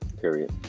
period